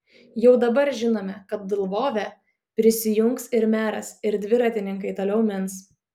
jau dabar žinome kad lvove prisijungs ir meras ir dviratininkai toliau mins